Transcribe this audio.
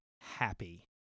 happy